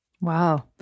Wow